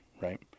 right